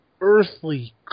earthly